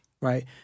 Right